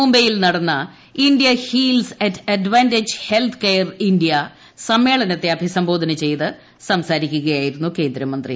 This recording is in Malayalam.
മുംബൈയിൽ നടന്ന India heals at advantage health care India സമ്മേളനത്തെ അഭിസംബോധന ചെയ്ത് സംസാരിക്കുകയായിരുന്നു കേന്ദ്രമന്ത്രി